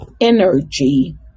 energy